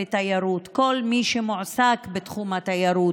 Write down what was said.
בתיירות, כל מי שמועסק בתחום התיירות,